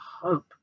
hope